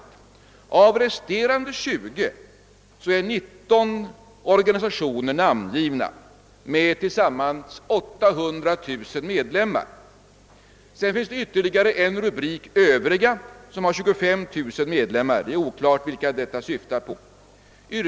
Av de resterande 20 organisationerna är 19 namngivna med tillsammans 800 000 medlemmar. Under en annan rubrik »Övriga», redovisas 25 000 medlemmar, men det är oklart vad för slags organisationer det här rör sig om.